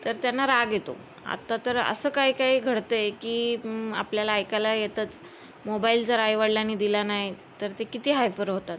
तर त्यांना राग येतो आत्ता तर असं काय काय घडतं आहे की आपल्याला ऐकायला येतच मोबाईल जर आईवडिलांनी दिला नाही तर ते किती हायफर होतात